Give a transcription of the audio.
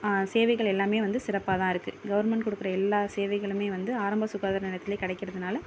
சேவைகள் எல்லாமே வந்து சிறப்பாக தான் இருக்குது கவர்மெண்ட் கொடுக்கற எல்லா சேவைகளுமே வந்து ஆரம்ப சுகாதார நிலையத்துலேயே கிடைக்கிறதுனால